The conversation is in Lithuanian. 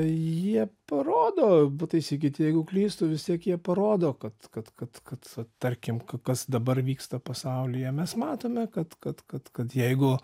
jie parodo pataisykit jeigu klystu vis tiek jie parodo kad kad kad kad tarkim kas dabar vyksta pasaulyje mes matome kad kad kad kad jeigu